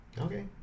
okay